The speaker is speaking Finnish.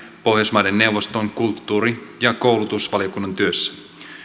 pohjoismaiden neuvoston kulttuuri ja koulutusvaliokunnan työssä